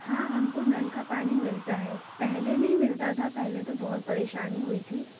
हाँ हमको नल का पानी मिलता है पहले नहीं मिलता था पहले तो बहुत परेशानी हुई थी